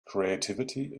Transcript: creativity